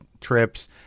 trips